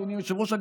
אדוני היושב-ראש.